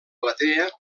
platea